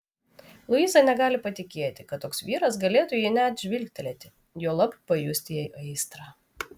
luiza negali patikėti kad toks vyras galėtų į ją net žvilgtelėti juolab pajusti jai aistrą